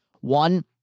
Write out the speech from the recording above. One